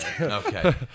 Okay